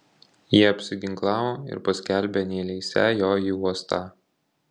jie apsiginklavo ir paskelbė neįleisią jo į uostą